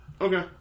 Okay